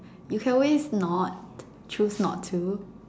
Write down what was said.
you can always not choose not to